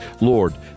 Lord